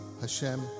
Hashem